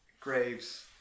Graves